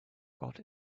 got